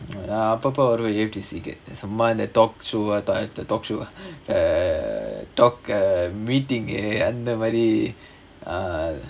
நா அப்பப்ப வருவேன்:naa appappa varuvaen A_F_T_C சும்மா இந்த:summa intha talk show talk show talk meeting அந்தமாரி:anthamaari